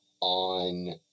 on